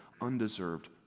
undeserved